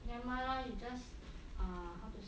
never mind lah you just err how to say